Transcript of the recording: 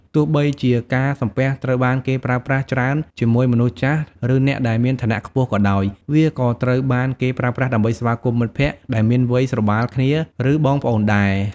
ទោះបីជាការសំពះត្រូវបានគេប្រើប្រាស់ច្រើនជាមួយមនុស្សចាស់ឬអ្នកដែលមានឋានៈខ្ពស់ក៏ដោយ វាក៏ត្រូវបានគេប្រើប្រាស់ដើម្បីស្វាគមន៍មិត្តភក្តិដែលមានវ័យស្របាលគ្នាឬបងប្អូនដែរ។